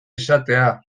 izatea